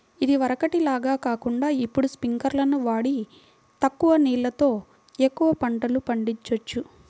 ఇదివరకటి లాగా కాకుండా ఇప్పుడు స్పింకర్లును వాడి తక్కువ నీళ్ళతో ఎక్కువ పంటలు పండిచొచ్చు